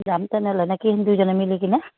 যাম তেনেহ'লে নে কি দুইজনে মিলি কিনে